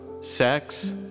sex